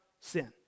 sin